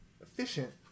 Efficient